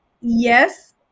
yes